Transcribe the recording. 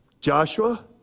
Joshua